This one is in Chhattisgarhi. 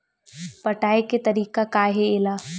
पटाय के तरीका का हे एला?